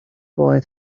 boy